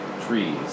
trees